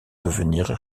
devenir